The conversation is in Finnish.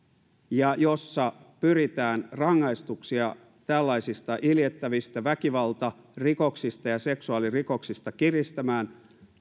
ja jossa pyritään rangaistuksia tällaisista iljettävistä väkivaltarikoksista ja seksuaalirikoksista kiristämään